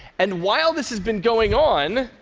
and while this has been going on,